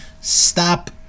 stop